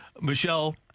Michelle